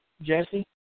Jesse